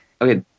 Okay